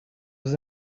was